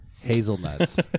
Hazelnuts